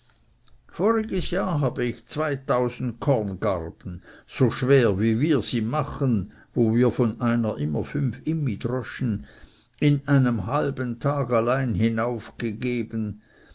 voriges jahr habe ich zweitausend korngarben so schwer wie wir sie machen wo wir von einer immer fünf immi dröschen in einem halben tag allein